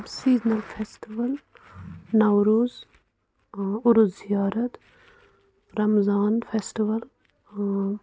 seasonal festival Navroz عروٗ زِیارَت Ramzan festival